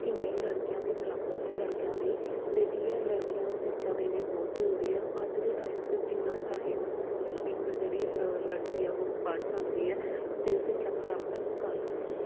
ਕਿ ਨਹੀਂ ਲੜਕੀਆਂ ਵੀ ਬਰਾਬਰ ਨੇ ਲੜਕਿਆਂ ਦੇ ਹੀ ਅਤੇ ਕੀ ਹੈ ਲੜਕੀਆਂ ਨੂੰ ਸਿੱਖਿਆ ਦੇਣੀ ਬਹੁਤ ਜ਼ਰੂਰੀ ਆ ਅੱਜ ਦੇ ਟਾਈਮ 'ਚ ਜਿੰਨਾਂ ਚਾਹੇ ਬ ਇੱਕ ਜਿਹੜੀ ਲੜਕੀ ਐ ਉਹ ਪੜ੍ਹ ਸਕਦੀ ਹੈ ਅਤੇ ਸਿੱਖਿਆ ਪ੍ਰਾਪਤ ਕਰ ਸਕਦੀ ਹੈ